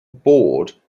board